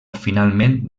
finalment